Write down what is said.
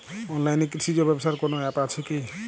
অনলাইনে কৃষিজ ব্যবসার কোন আ্যপ আছে কি?